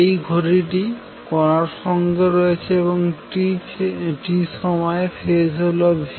এই ঘড়িটি কণার সঙ্গে রয়েছে এবং t সময়ে ফেজ হল clock2πt